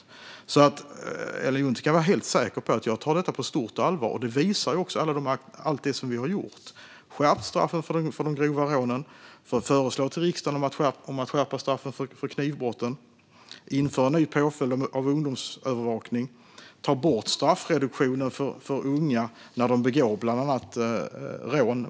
Ellen Juntti kan alltså vara helt säker på att jag tar detta på stort allvar. Det visar också allt det vi har gjort: Vi har skärpt straffen för de grova rånen. Vi har lämnat förslag till riksdagen om att skärpa straffen för knivbrotten, införa den nya påföljden ungdomsövervakning och ta bort straffreduktionen för unga när de begår bland annat rån.